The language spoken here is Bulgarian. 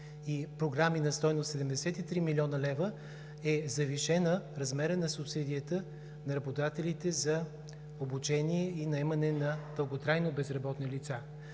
– програми на стойност 73 млн. лв., размерът на субсидията на работодателите за обучение и наемане на дълготрайно безработни лица